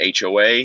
HOA